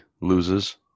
loses